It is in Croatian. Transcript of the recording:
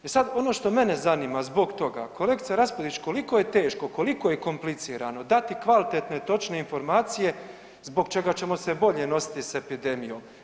I sada ono što mene zanima zbog toga, kolegice Raspudić koliko je teško, koliko je komplicirano dati kvalitetne točne informacije zbog čega ćemo se bolje nositi sa epidemijom?